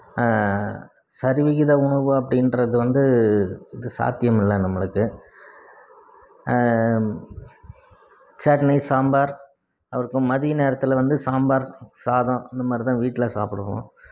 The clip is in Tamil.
சரிவிகித உணவு அப்படீன்றது வந்து இது சாத்தியமில்லை நம்மளுக்கு சட்னி சாம்பார் அவருக்கு மதிய நேரத்தில் வந்து சாம்பார் சாதம் இந்த மாதிரி தான் வீட்டில் சாப்பிடுவோம்